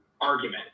argument